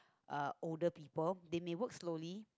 uh older people they may work slowly